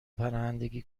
پناهندگی